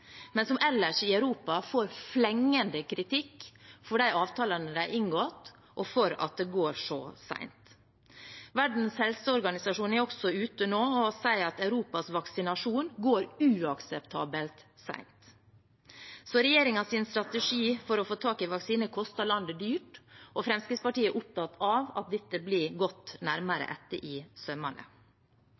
men som ellers i Europa får flengende kritikk for de avtalene de har inngått, og for at det går så sent. Verdens helseorganisasjon er også ute nå og sier at Europas vaksinasjon går uakseptabelt sent. Så regjeringens strategi for å få tak i vaksine koster landet dyrt, og Fremskrittspartiet er opptatt av at dette blir gått nærmere etter i sømmene.